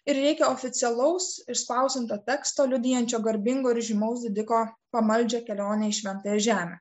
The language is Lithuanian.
ir reikia oficialaus išspausdinto teksto liudijančio garbingo ir žymaus didiko pamaldžią kelionę į šventąją žemę